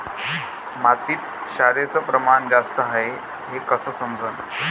मातीत क्षाराचं प्रमान जास्त हाये हे कस समजन?